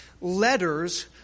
letters